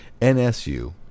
NSU